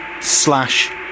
slash